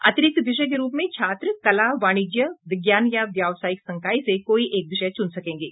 अतिरिक्त विषय के रूप में छात्र कला वाणिज्य विज्ञान या व्यावसायिक संकाय से कोई एक विषय चुन सकेंगे